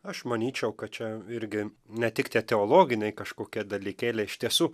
aš manyčiau kad čia irgi ne tik tie teologiniai kažkokie dalykėliai iš tiesų